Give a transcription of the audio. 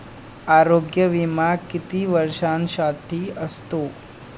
आरोग्य विमा किती वर्षांसाठी असतो?